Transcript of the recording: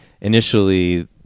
initially